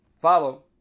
follow